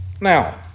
Now